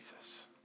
Jesus